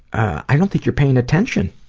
i don't think you're paying attention!